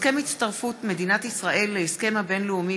הסכם הצטרפות מדינת ישראל להסכם הבין-לאומי